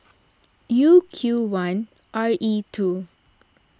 U Q one R E two